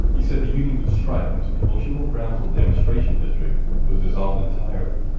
he said the union would strike until the ocean hill-brownsville demonstration district was dissolved entirely.